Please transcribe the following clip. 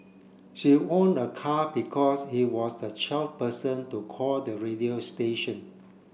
she won a car because he was the twelfth person to call the radio station